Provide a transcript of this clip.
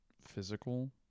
physical